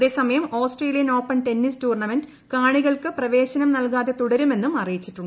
അതേസമയം Australian Open tennis tournament കാണികൾക്ക് പ്രവേശനം നൽകാതെ തുടരുമെന്നും ഗവൺമെന്റ് അറിയിച്ചു